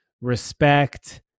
respect